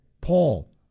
Paul